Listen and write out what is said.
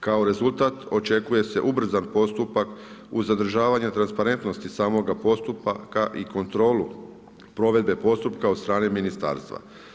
Kao rezultat očekuje se ubrzan postupak uz zadržavanje transparentnosti samoga postupka i kontrolu provedbe postupka od strane ministarstva.